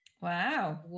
Wow